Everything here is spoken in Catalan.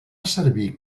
servir